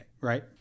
right